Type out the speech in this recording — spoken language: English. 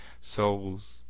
Souls